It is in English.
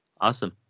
Awesome